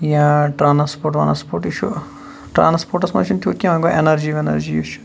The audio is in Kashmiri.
یا ٹرانَسپوٹ وانَسپوٹ یہِ چھُ ٹرانَسپوٹَس مَنٛز چھُ نہٕ تیوٗت کینٛہہ وۄنۍ گوٚو ایٚنَرجی ویٚنَرجی یُس چھُ